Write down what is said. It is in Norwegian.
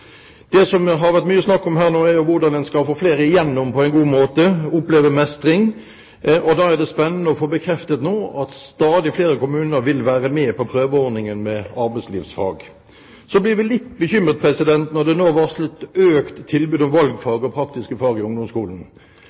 Det som det har vært mye snakk om her, er hvordan vi skal få flere igjennom på en god måte, slik at de opplever mestring. Da er det spennende å få bekreftet at stadig flere kommuner vil være med på prøveordningen med arbeidslivsfag. Så blir vi litt bekymret når det nå blir varslet om økt tilbud om valgfag og praktiske fag i ungdomsskolen.